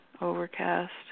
overcast